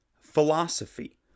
Philosophy